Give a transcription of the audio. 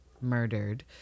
murdered